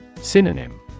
Synonym